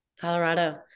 Colorado